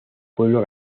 pueblo